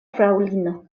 fraŭlino